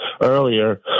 earlier